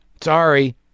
Sorry